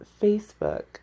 Facebook